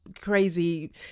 crazy